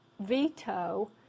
veto